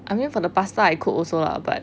I mean for the pasta I cook also lah but